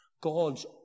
God's